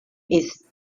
ist